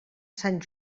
sant